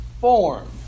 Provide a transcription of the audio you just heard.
form